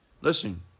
Listen